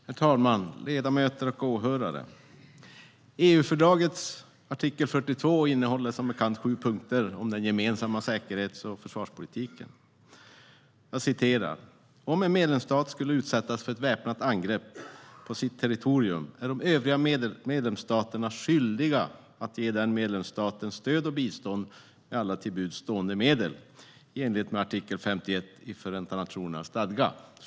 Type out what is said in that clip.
Herr talman, ledamöter och åhörare! EU-fördragets artikel 42 innehåller som bekant sju punkter om den gemensamma säkerhets och försvarspolitiken. Jag citerar från den: "Om en medlemsstat skulle utsättas för ett väpnat angrepp på sitt territorium, är de övriga medlemsstaterna skyldiga att ge den medlemsstaten stöd och bistånd med alla till buds stående medel i enlighet med artikel 51 i Förenta nationernas stadga."